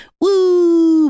Woo